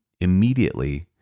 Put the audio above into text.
immediately